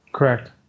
Correct